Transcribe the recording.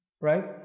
right